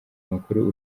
mukuru